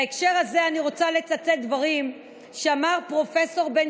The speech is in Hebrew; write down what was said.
בהקשר הזה אני רוצה לצטט דברים שאמר פרופ' בן